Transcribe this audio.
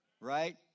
right